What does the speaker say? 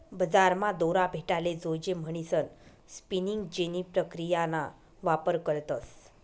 बजारमा दोरा भेटाले जोयजे म्हणीसन स्पिनिंग जेनी प्रक्रियाना वापर करतस